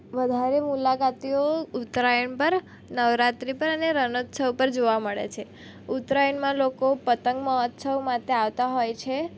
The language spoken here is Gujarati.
વધારે મુલાકાતીઓ ઉત્તરાયણ પર નવરાત્રી પર અને રણોત્સવ પર જોવા મળે છે ઉતરાયણમાં લોકો પતંગ મહોત્સવ માટે આવતા હોય છે